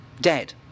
dead